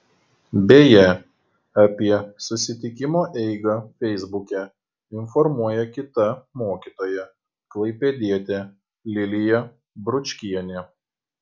beje apie susitikimo eigą feisbuke informuoja kita mokytoja klaipėdietė lilija bručkienė